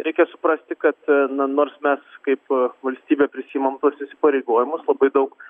reikia suprasti kad na nors mes kaip valstybė prisiimam tuos įsipareigojimus labai daug